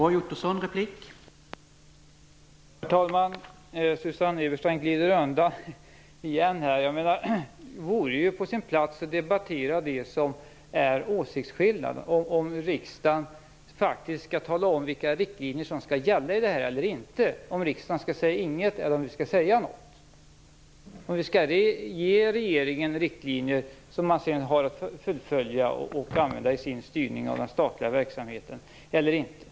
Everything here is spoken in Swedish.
Herr talman! Susanne Eberstein glider undan igen här. Det vore ju på sin plats att debattera det som utgör åsiktsskillnaden, dvs. om riksdagen skall tala om vilka riktlinjer som skall gälla för detta eller inte, om riksdagen skall säga inget eller säga något och om vi skall ge regeringen riktlinjer som den sedan har att fullfölja och använda i sin styrning av den statliga verksamheten eller inte.